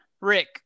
Rick